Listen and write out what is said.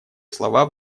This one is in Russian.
слова